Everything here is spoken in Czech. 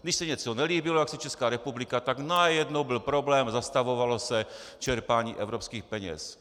Když se něco nelíbilo, jak si Česká republika, tak najednou byl problém, zastavovalo se čerpání evropských peněz.